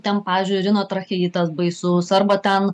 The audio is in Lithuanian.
ten pavyzdžiui rinotracheitas baisus arba ten